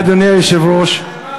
אדוני היושב-ראש,